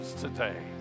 today